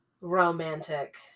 romantic